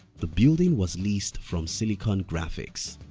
the building was leased from silicon graphics.